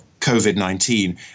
COVID-19